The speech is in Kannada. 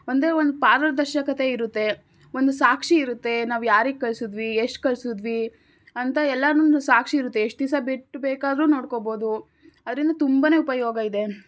ಅಂದರೆ ಒಂದು ಪಾರದರ್ಶಕತೆ ಇರುತ್ತೆ ಒಂದು ಸಾಕ್ಷಿ ಇರುತ್ತೆ ನಾವ್ಯಾರಿಗೆ ಕಳಿಸಿದ್ವಿ ಎಷ್ಟು ಕಳಿಸಿದ್ವಿ ಅಂತ ಎಲ್ಲವು ಒಂದು ಸಾಕ್ಷಿ ಇರುತ್ತೆ ಎಷ್ಟು ದಿವಸ ಬಿಟ್ಟು ಬೇಕಾದರೂ ನೋಡ್ಕೋಬೋದು ಅದರಿಂದ ತುಂಬಾ ಉಪಯೋಗ ಇದೆ